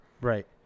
Right